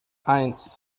eins